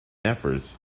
efforts